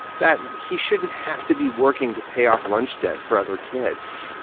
that he shouldn't have to be working to pay off lunch debt for other kids,